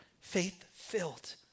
faith-filled